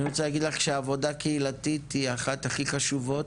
אני רוצה להגיד לך שעבודה קהילתית היא אחת הכי חשובות.